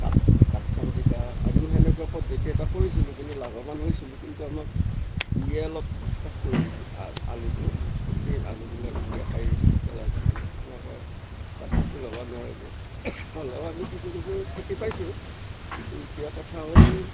গাত গাত খান্দি বা আমিও হেনেকুৱা পদ্ধতি এটা কৰিছিলোঁ কিন্তু লাভৱান হৈছিলোঁ কিন্তু আমাক উয়ে অলপ শেষ কৰি দিছিল আলুটো গোতেই আলুগিলাক উয়ে খায় পেলাই থৈ মানে সেনেকে চাকচেচফুল হ'ব নোৱাৰিলোঁ হ'লেও আমি কিছু কিছু খেতি পাইছোঁ কিন্তু এতিয়া কথা হ'ল